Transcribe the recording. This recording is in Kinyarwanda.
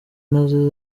nazo